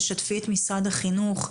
תשתפי את משרד החינוך,